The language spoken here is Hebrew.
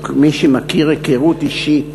וכמי שמכיר היכרות אישית